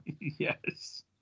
yes